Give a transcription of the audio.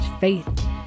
faith